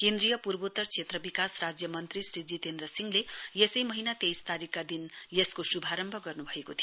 केन्द्रीय पूर्वोत्तर क्षेत्र विकास राज्य मन्त्री श्री जितेन्द्र सिंहले यसै महीना तेइस तारीकका दिन यसको शुभारम्भ गर्नुभएको थियो